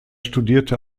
studierte